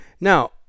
Now